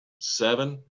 seven